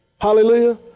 Hallelujah